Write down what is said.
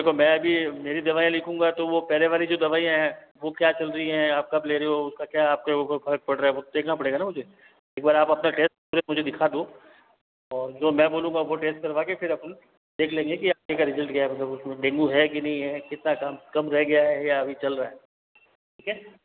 मैं अभी मेरी दवाईयाँ लिखूँगा तो वो पहले वाली जो दवाईयाँ हैं वो क्या चल रही हैं आप कब ले रहे हो उसका क्या आपके ऊपर फर्क पड़ रहा है वो देखना पड़ेगा न मुझे एक बार आप अपना ख़ैर मुझे दिखा दो और जो मैं बोलूँगा वो टेस्ट करवा के फिर अपन देख लेंगे कि आगे का रिजल्ट क्या है मतलब उसमें डेंगू है कि नहीं है कितना कम कम रह गया है या अभी चल रहा है ठीक है